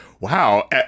wow